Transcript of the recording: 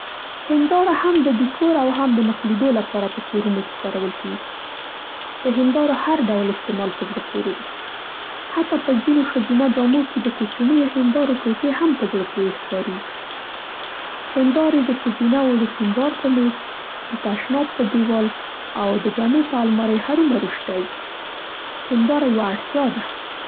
هنداره هم د دیکور او هم د مخ لیدو لپاره په کورنو کې کارول کېږي. د هندارو هر ډول استعمال په زړه پورې دی حتی په ځینو ښځینه جامو کې د کوچنیو هندارو ټوټې هم په زړه پورې ښکارېږي. هندارې د ښځینه وو د سینګار په مېز، د تشناب په دېوال او د جامو په المارۍ هرو مرو شته وي. هنداره یوه اوړتیا ده.